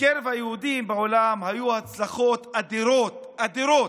בקרב היהודים בעולם היו הצלחות אדירות, אדירות,